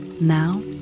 Now